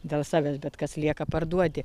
dėl savęs bet kas lieka parduodi